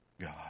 God